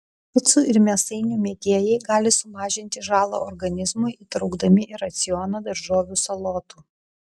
picų ir mėsainių mėgėjai gali sumažinti žalą organizmui įtraukdami į racioną daržovių salotų